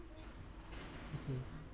mm